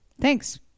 Thanks